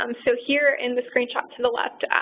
um so here in the screenshot to the left,